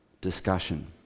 Discussion